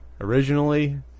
originally